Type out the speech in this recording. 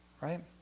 right